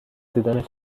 دیدنت